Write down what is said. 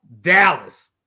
Dallas